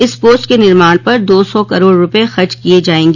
इस पोस्ट के निर्माण पर दो सौ करोड़ रूपये खर्च किये जायेंग